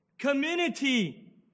community